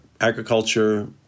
agriculture